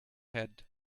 head